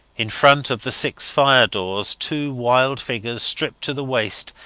in front of the six fire-doors two wild figures, stripped to the waist,